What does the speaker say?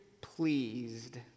pleased